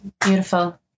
Beautiful